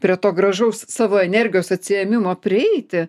prie to gražaus savo energijos atsiėmimo prieiti